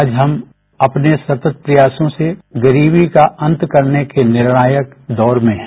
आज हम अपने सतत प्रयासों से गरीबी का अंत करने के निर्णायक दौर में हैं